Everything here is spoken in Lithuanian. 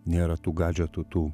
nėra tų gadžetų tų